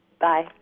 Bye